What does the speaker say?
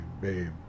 Babe